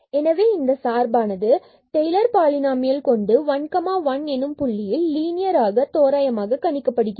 எனவே இந்த சார்பானது டெய்லர் பாலினாமியல் கொண்டு 1 1 எனும் புள்ளியில் லீனியர் ஆக தோராயமாக கணிக்கப்படுகிறது